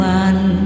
one